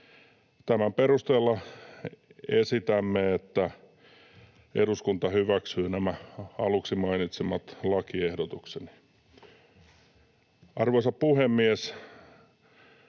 Tämän perusteella esitämme, että eduskunta hyväksyy nämä aluksi mainitsemani lakiehdotukseni. Arvoisa puhemies!